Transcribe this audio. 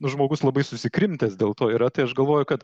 žmogus labai susikrimtęs dėl to yra tai aš galvoju kad